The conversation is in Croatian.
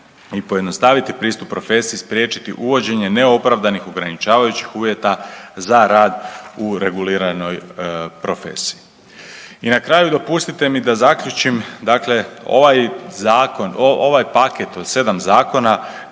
i pojednostaviti pristup profesiji, spriječiti uvođenje neopravdanih ograničavajućih uvjeta za rad u reguliranoj profesiji. I na kraju dopustite mi da zaključim, dakle ovaj zakon,